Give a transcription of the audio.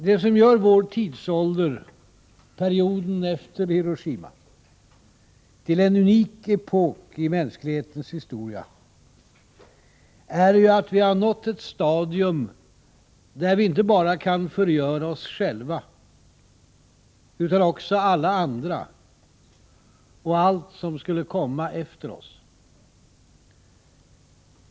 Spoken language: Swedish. Det som gör vår tidsålder, perioden efter Hiroshima, till en unik epok i mänsklighetens historia är ju att vi har nått ett stadium där vi inte bara kan förgöra oss själva utan också alla andra och allt som skulle komma efter oss.